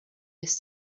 this